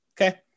Okay